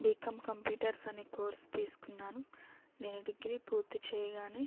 BCom computers అనే course తీసుకున్నాను నేను డిగ్రీ పూర్తి చేయగానే